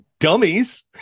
Dummies